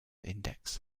index